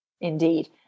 indeed